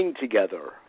together